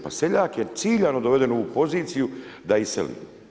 Pa seljak je ciljano doveden u ovu poziciju da iseli.